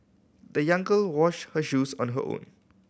the young girl washed her shoes on the hoe